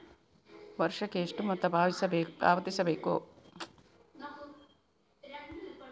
ವರ್ಷಕ್ಕೆ ಎಷ್ಟು ಮೊತ್ತ ಪಾವತಿಸಬೇಕು?